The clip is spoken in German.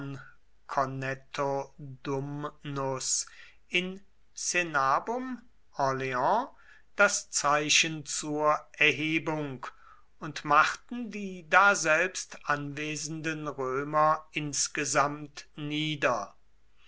in cenabum orleans das zeichen zur erhebung und machten die daselbst anwesenden römer insgesamt nieder